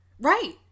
Right